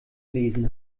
lesen